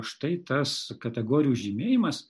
štai tas kategorijų žymėjimas